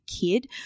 kid